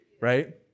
Right